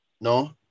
No